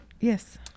Yes